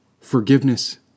Forgiveness